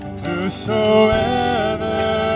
whosoever